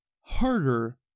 harder